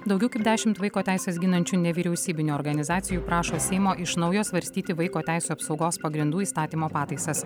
daugiau kaip dešimt vaiko teises ginančių nevyriausybinių organizacijų prašo seimo iš naujo svarstyti vaiko teisių apsaugos pagrindų įstatymo pataisas